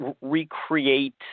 recreate